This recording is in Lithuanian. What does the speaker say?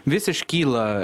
vis iškyla